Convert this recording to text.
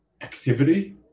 activity